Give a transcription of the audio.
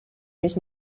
mich